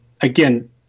again